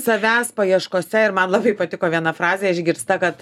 savęs paieškose ir man labai patiko viena frazė išgirsta kad